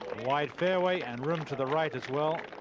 like fairway and run to the right as well.